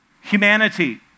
humanity